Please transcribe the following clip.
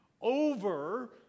over